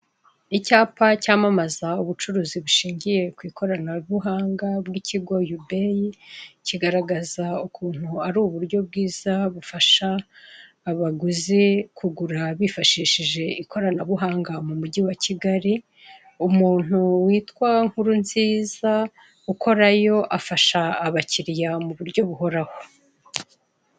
Icyapa cyamamaza ubucuruzi bushingiye ku ikoranabuhanga bw'ikigo Yubeyi, kigaragaza ukuntu ari uburyo bwiza bufasha abaguzi kugura bifashishije ikoranabuhanga mu Mujyi wa Kigali. Umuntu witwa Nkurunziza ukorayo afasha abakiriya mu buryo buhoraho.